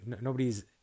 nobody's